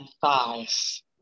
thighs